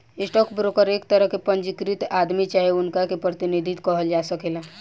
stock broker एक तरह के पंजीकृत आदमी चाहे उनका के प्रतिनिधि कहल जा सकेला